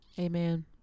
Amen